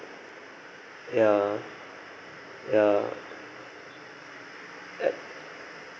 ya ya at~